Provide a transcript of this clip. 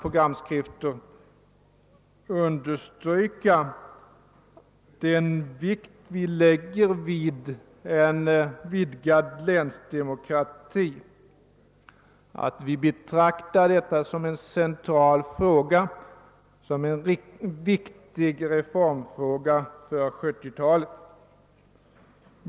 Vi lägger stor vikt vid en vidgad länsdemokrati; vi betraktar detta som en central och viktig reformfråga för 1970 talet.